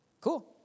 Cool